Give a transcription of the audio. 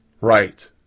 right